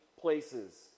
places